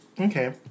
Okay